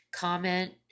Comment